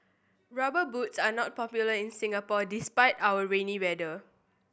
Rubber Boots are not popular in Singapore despite our rainy weather